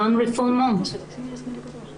אני לא יודעת מי מייצג את הנשים האלה.